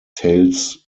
tails